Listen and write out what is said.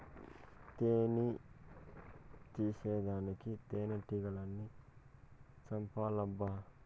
తేని తీసేదానికి తేనెటీగల్ని సంపాలబ్బా